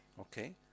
Okay